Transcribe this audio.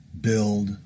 build